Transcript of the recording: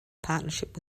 partnership